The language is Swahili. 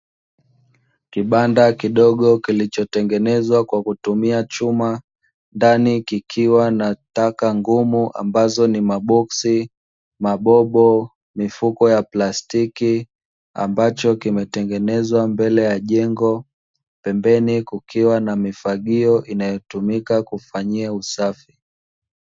Kibanda kidogo kilichotengenezwa kwa kutumia chuma ndani kikiwa na taka ngumu ambazo ni maboksi, mabobo, mifuko ya plastiki ambacho kimetengenezwa mbele ya jengo pembeni kukiwa na mifagio inayotumika kufanyia usafi.